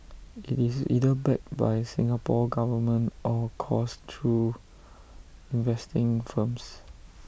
IT is either backed by Singapore Government or coursed through investing firms